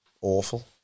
awful